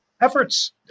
efforts